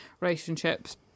relationships